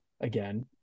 again